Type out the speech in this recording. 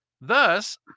Thus